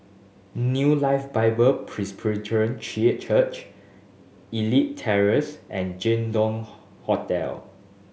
New Life Bible Presbyterian Church Elite Terrace and Jin Dong Hotel